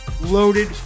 loaded